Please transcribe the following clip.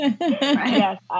Yes